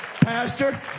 Pastor